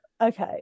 Okay